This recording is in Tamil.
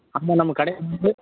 ஆமாம் நம்ம கடையில் வந்து